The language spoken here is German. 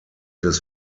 des